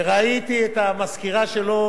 ראיתי את המזכירה שלו,